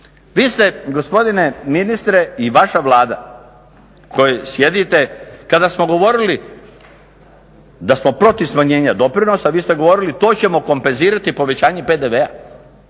Vi ste gospodine ministre i vaša Vlada u kojoj sjedite kada smo govorili da smo protiv smanjenja doprinosa, vi ste govorili to ćemo kompenzirati povećanjem PDV-a.